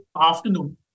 afternoon